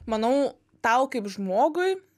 manau tau kaip žmogui